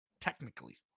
Technically